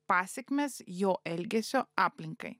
pasekmės jo elgesio aplinkai